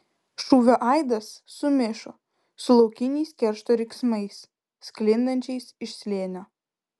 šūvio aidas sumišo su laukiniais keršto riksmais sklindančiais iš slėnio